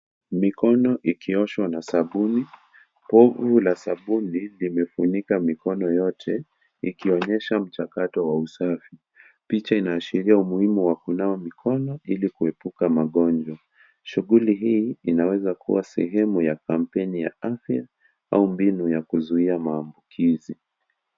Mikono ikioshwa na sabuni pofu la sabauni limefunika mikono yote ikionyesha mchakato wa usafi picha inaashiria umuhimu wa kunawa mikono hili kuepuka magonjwa, shghuli hii inaweza kuwa sehemu ya kampeni ya afya au mbinu ya kuzuia maambukizi.